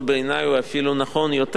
ובעיני הוא אפילו נכון יותר.